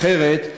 אחרת,